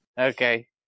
Okay